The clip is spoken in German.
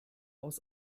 aus